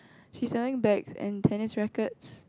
she select bags and tennis rackets